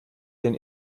denn